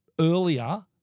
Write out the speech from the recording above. earlier